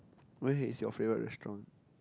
where is your favourite restaurant